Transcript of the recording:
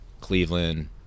Cleveland